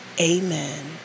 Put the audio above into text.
Amen